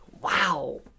Wow